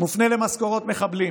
מופנה למשכורות מחבלים